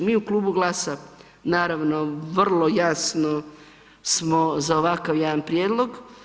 Mi u Klubu GLAS-a naravno vrlo jasno smo za ovakav jedan prijedlog.